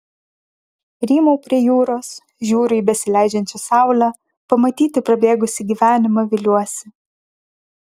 rymau prie jūros žiūriu į besileidžiančią saulę pamatyti prabėgusį gyvenimą viliuosi